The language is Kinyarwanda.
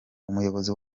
umuyobozi